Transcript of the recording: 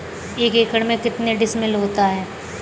एक एकड़ में कितने डिसमिल होता है?